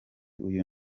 uyu